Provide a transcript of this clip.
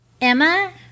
Emma